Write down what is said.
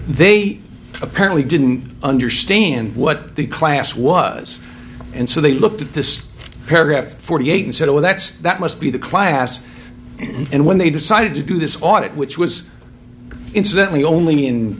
they apparently didn't understand what the class was and so they looked at this paragraph forty eight and said oh that's that must be the class and when they decided to do this audit which was incidentally only in